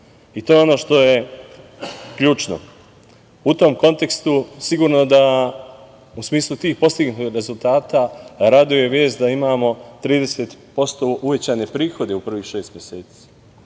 I to je ono što je ključno.U tom kontekstu, sigurno da u smislu tih postignutih rezultata raduje vest da imamo 30% uvećane prihode u prvih šest meseci